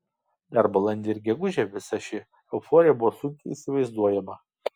dar balandį ir gegužę visa ši euforija buvo sunkiai įsivaizduojama